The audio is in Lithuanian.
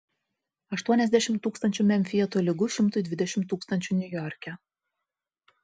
aštuoniasdešimt tūkstančių memfyje tolygu šimtui dvidešimt tūkstančių niujorke